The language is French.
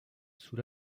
sous